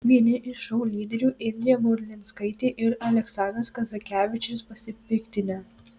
vieni iš šou lyderių indrė burlinskaitė ir aleksandras kazakevičius pasipiktinę